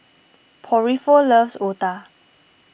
Porfirio loves Otah